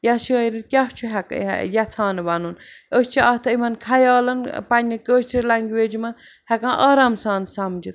یا شٲعرَن کیٛاہ چھُ ہیٚکہٕ ٲں یَژھان وَنُن أسۍ چھِ اَتھ یِمن خیالن پَننہِ کٲشِرِ لنٛگویج منٛز ہیٚکان آرام سان سَمجھتھ